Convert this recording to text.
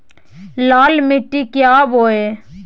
लाल मिट्टी क्या बोए?